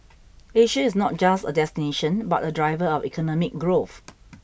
Asia is not just a destination but a driver of economic growth